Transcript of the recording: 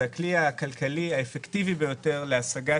זה הכלי הכלכלי האפקטיבי ביותר להשגת